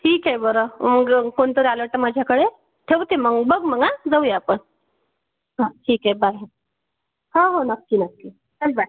ठीक आहे बरं मग कोणतरी आलं वाटतं माझ्याकडे ठेवते मग बघ मग आं जाऊया आपण हां ठीक आहे बाय हो हो नक्की नक्की चल बाय